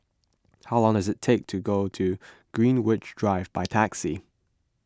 how long does it take to go to Greenwich Drive by taxi